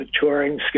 touring